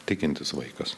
tikintis vaikas